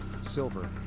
silver